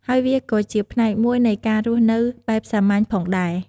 ហើយវាក៏ជាផ្នែកមួយនៃការរស់នៅបែបសាមញ្ញផងដែរ។